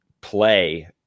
play